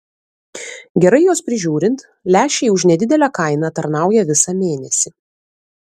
gerai juos prižiūrint lęšiai už nedidelę kainą tarnauja visą mėnesį